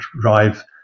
drive